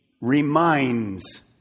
reminds